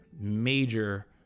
major